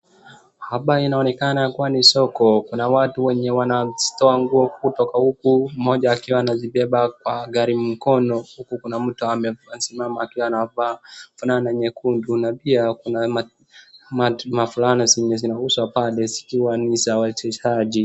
Hapa inaonekana kuwa ni soko. Kuna watu wenye wanazitoa nguo kutoka huku mmoja akiwa anazibeba kwa gari mkono, huku kuna mtu amesimama akiwa anavaa fulana nyekundu na pia kuna mafulana zenye zinauzwa pale zikiwa ni za wachezaji.